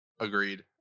Agreed